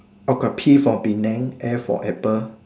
okay P for Penang a for apple